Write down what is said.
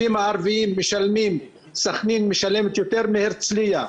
סח'נין משלמת יותר מהרצליה.